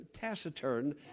taciturn